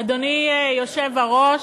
אדוני היושב-ראש,